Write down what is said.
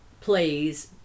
please